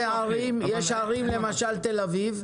יש ערים, למשל תל אביב,